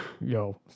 Yo